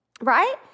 right